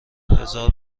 هزار